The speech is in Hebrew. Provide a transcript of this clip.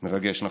מרגש.